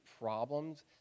problems